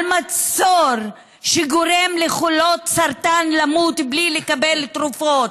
על מצור שגורם לחולות סרטן למות בלי לקבל תרופות?